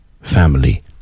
family